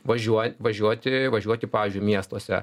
važiuot važiuoti važiuoti pavyzdžiui miestuose